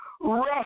Rest